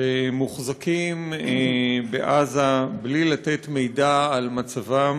שמוחזקים בעזה בלי לתת מידע על מצבם.